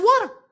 water